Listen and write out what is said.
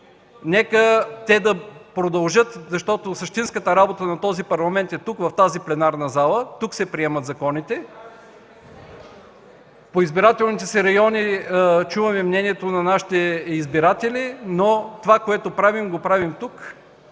нека те да се приемат, защото същинската работа на този Парламент е тук, в тази пленарна зала. Тук се приемат законите. По избирателните си райони чуваме мнението на нашите избиратели, но това, което правим, го правим тук.